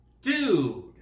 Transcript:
Dude